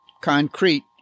concrete